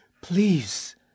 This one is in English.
please